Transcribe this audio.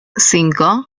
cinco